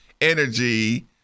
energy